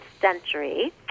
century